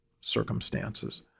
circumstances